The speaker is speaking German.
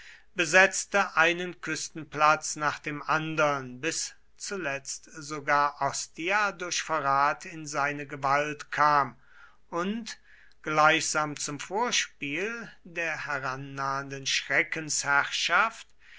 besetzte einen küstenplatz nach dem andern bis zuletzt sogar ostia durch verrat in seine gewalt kam und gleichsam zum vorspiel der herannahenden